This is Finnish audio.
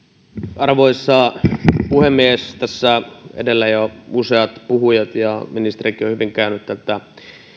arvoisa puhemies tässä edellä jo useat puhujat ja ministerikin ovat hyvin käyneet tätä